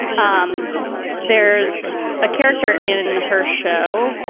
um there's a character in her show,